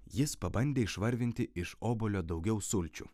jis pabandė išvarvinti iš obuolio daugiau sulčių